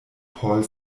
paul